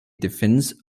defense